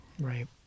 Right